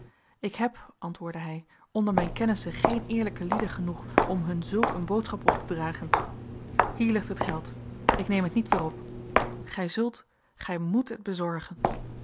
ik heb antwoordde hij onder mijn kennissen geen eerlijke lieden genoeg om hun zulk een boodschap op te dragen hier ligt het geld ik neem het niet weer op gij zult gij moet het bezorgen